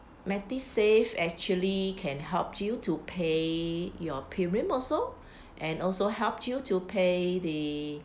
MediSave actually can help due to pay your premium also and also helped you to pay the